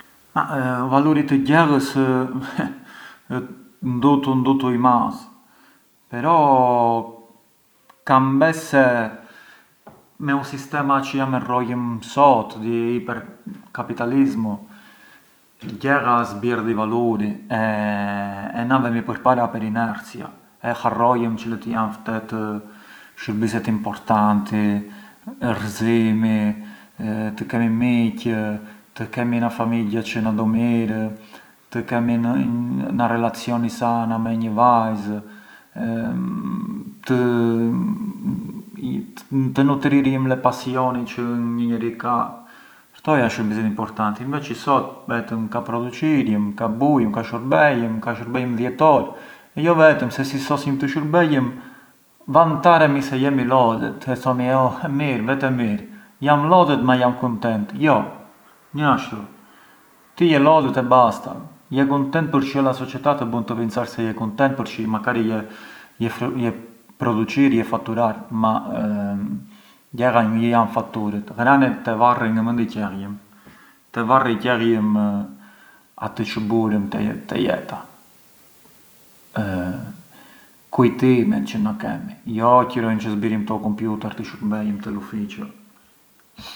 U valuri të gjellës ë ndutu ndutu i madh, però kam bes se me u sistema çë jam e rrojëm sot, di capitalismo gjella zbier di valuri e na vemi përpara per inerzia e harrojëm çilët jan ftetë shurbiset importanti, gëzimi, të kemi miqë, të kemi na famigghia çë na do mirë, të kemi na relazioni sana me një vajz, të… të nutrirjëm le passioni çë ndo njeri ka, këto jan shurbiset importanti, e inveci sot vetëm ka produçirjëm, ka bujëm, ka shurbejëm, ka shurbejëm dhjetë orë, e jo vetëm, se si sosjëm të shurbejëm vantaremi se jemi lodhët, se thomi oh mirë, vete mirë, jam lodhët ma jam kuntent, jo ngë ë ashtu, ti je lodhët e basta, je kuntent përçë la società të bun të pincarsh se je kuntent përçë makari je produçir, je faturar ma gjella ngë jan faturët, ghranet te varri ngë mënd i qelljëm, te varri qelljëm atë çë burëm te jeta, kujtimet çë na kemi jo qëroin çë zbierjëm te u computer Të shurbejëm te l’ufficiu.